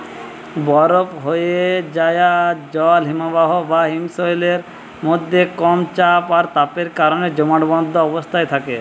বরফ হোয়ে যায়া জল হিমবাহ বা হিমশৈলের মধ্যে কম চাপ আর তাপের কারণে জমাটবদ্ধ অবস্থায় থাকে